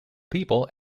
people